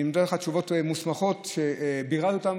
אני נותן לך תשובות מוסמכות שביררתי אותן.